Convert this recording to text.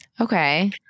Okay